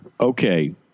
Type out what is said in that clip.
Okay